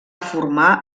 formar